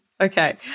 Okay